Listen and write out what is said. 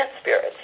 spirits